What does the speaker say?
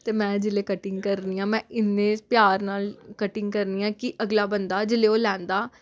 ते में जेल्लै कटिंग करनी आं में इन्ने प्यार नाल कटिंग करनी आं कि अगला बंदा जेल्लै ओह् लैंदा